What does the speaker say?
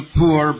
poor